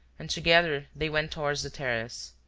and together they went towards the terrace.